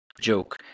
joke